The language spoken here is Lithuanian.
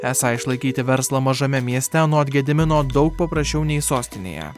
esą išlaikyti verslą mažame mieste anot gedimino daug paprasčiau nei sostinėje